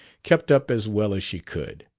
kept up as well as she could.